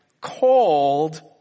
called